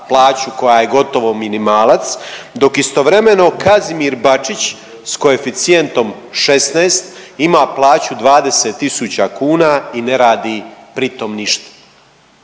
plaću koja je gotovo minimalac dok istovremeno Kazimir Bačić s koeficijentom 16 ima plaću 20 tisuća kuna i ne radi pritom ništa.